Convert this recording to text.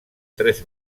tres